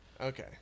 Okay